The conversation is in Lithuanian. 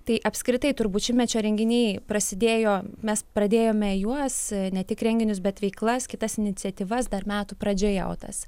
tai apskritai turbūt šimtmečio renginiai prasidėjo mes pradėjome juos ne tik renginius bet veiklas kitas iniciatyvas dar metų pradžioje o tas